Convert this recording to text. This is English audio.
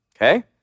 okay